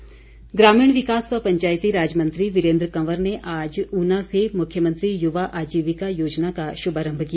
वीरेंद्र कंवर ग्रामीण विकास व पंचायती राज मंत्री वीरेंद्र कंवर ने आज ऊना से मुख्यमंत्री युवा आजीविका योजना का शुभारंभ किया